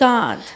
God